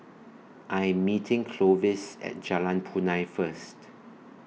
I Am meeting Clovis At Jalan Punai First